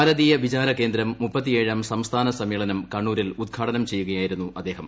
ഭാരതീയ വിചാര കേന്ദ്രം മുപ്പത്തി ഏഴാം സംസ്ഥാന സമ്മേളനം കണ്ണൂരിൽ ഉദ്ഘാടനം ചെയ്യുകയായിരുന്നു അദ്ദേഹം